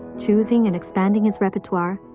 choosing and expanding his repertoire,